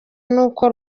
n’uko